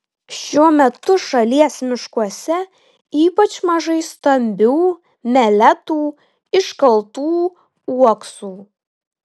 šiuo metu šalies miškuose ypač mažai stambių meletų iškaltų uoksų